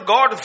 God